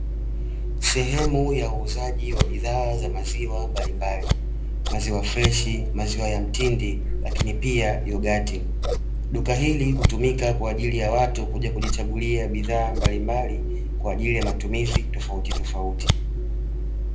Sehemu ya uuzaji wa bidhaa za maziwa mbalimbali: maziwa freshi, maziwa ya mtindi lakini pia yogati. Duka hili hutumika kwa ajili ya watu kuja kujichagulia bidhaa mbalimbali kwa ajili ya matumizi tofautitofauti .